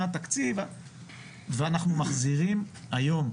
ואנחנו מחזירים היום,